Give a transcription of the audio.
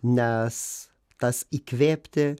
nes tas įkvėpti